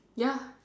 ya